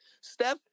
Steph